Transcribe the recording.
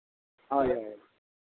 ᱦᱳᱭ ᱦᱳᱭ